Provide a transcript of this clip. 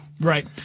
Right